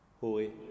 Holy